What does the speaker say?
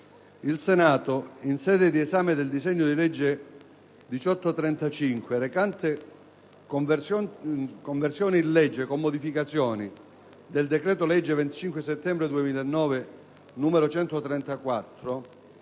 Il Senato, in sede di esame del disegno di legge n. 1835, recante «Conversione in legge, con modificazioni, del decreto-legge 25 settembre 2009, n. 134,